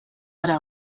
ara